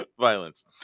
violence